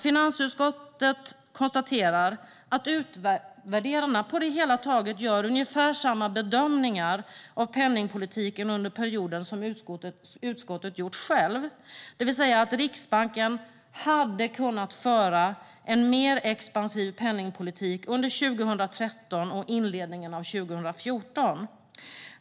Finansutskottet konstaterar att utvärderarna på det hela taget gör ungefär samma bedömningar av penningpolitiken under perioden som utskottet gjort självt. Det vill säga att Riksbanken hade kunnat föra en mer expansiv penningpolitik under 2013 och inledningen av 2014.